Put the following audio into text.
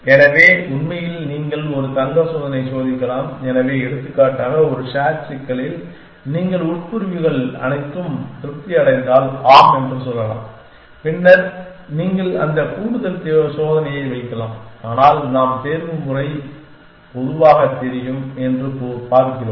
எனவே உண்மையில் நீங்கள் ஒரு தங்க சோதனை சோதிக்கலாம் எனவே எடுத்துக்காட்டாக ஒரு SAT சிக்கலில் நீங்கள் எனது உட்பிரிவுகள் அனைத்தும் திருப்தி அடைந்தால் ஆம் என்று சொல்லலாம் பின்னர் நீங்கள் அந்த கூடுதல் சோதனையை வைக்கலாம் ஆனால் நாம் தேர்வுமுறை பொதுவாக தெரியும் என்று பார்க்கிறோம்